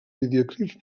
videoclips